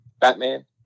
Batman